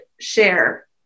share